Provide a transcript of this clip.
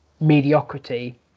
mediocrity